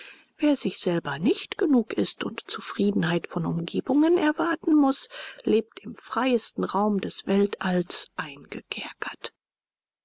wer sich selber nicht genug ist und zufriedenheit von umgebungen erwarten muß lebt im freiesten raum des weltalls eingekerkert